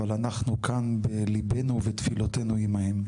אבל אנחנו כאן בליבנו ותפילתנו עימם.